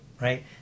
right